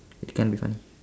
it can be funny